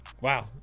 Wow